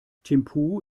thimphu